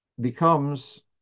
becomes